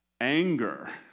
Anger